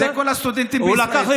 זה כל הסטודנטים בישראל.